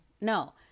no